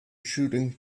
shooting